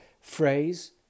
phrase